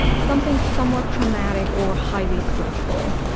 something somewhat traumatic or highly stressful